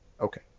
Okay